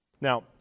Now